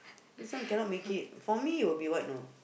this one cannot make it for me it will be what you know